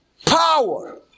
Power